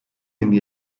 yeni